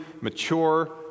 mature